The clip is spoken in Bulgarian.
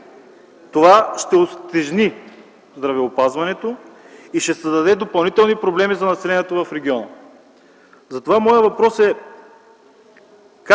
Това ще утежни здравеопазването и ще създаде допълнителни проблеми за населението в региона. Затова моят въпрос е: